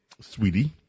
sweetie